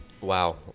Wow